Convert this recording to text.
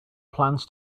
plans